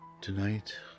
Tonight